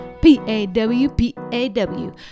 P-A-W-P-A-W